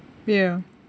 ya